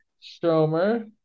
Stromer